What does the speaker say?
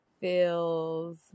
feels